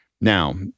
Now